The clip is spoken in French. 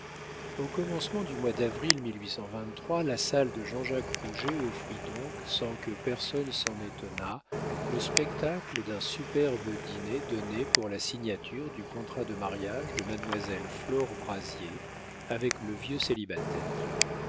au commencement du mois d'avril la salle de jean-jacques rouget offrit donc sans que personne s'en étonnât le spectacle d'un superbe dîner donné pour la signature du contrat de mariage de mademoiselle flore brazier avec le vieux